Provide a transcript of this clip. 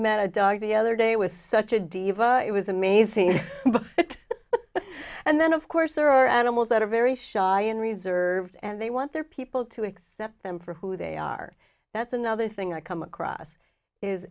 met a dog the other day was such a diva it was amazing and then of course there are animals that are very shy and reserved and they want their people to accept them for who they are that's another thing i come across is